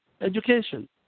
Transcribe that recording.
education